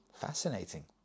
Fascinating